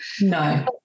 no